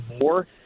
more